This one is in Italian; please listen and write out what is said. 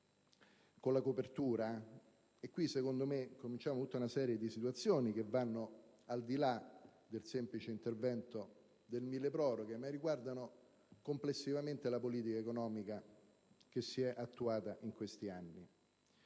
con la copertura, e qui secondo me cominciamo a riscontrare numerose situazioni che vanno al di là del semplice intervento del milleproroghe, ma riguardano complessivamente la politica economica che si è attuata in questi anni.